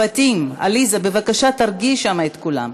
עליזה, בבקשה תרגיעי שם את כולם.